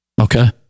Okay